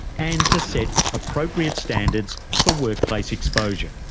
and to set appropriate standards for workplace exposure.